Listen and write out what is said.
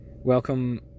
Welcome